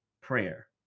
prayer